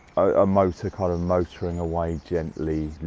a motor kind of motoring away gently,